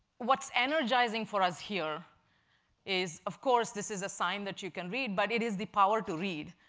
what's energizing for us here is of course this is a sign that you can read, but it is the power to read.